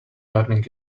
learning